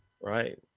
Right